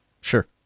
Sure